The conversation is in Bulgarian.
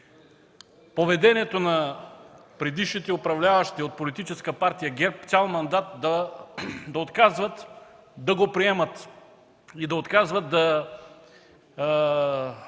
поведението на предишните управляващи от Политическа партия ГЕРБ цял мандат да отказват да го приемат и да запишем